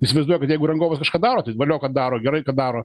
įsivaizduokit jeigu rangovas kažką daro tai valio kad daro gerai kad daro